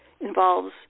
involves